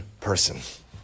person